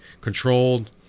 controlled